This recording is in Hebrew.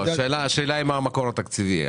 השאלה היא מה המקור התקציבי,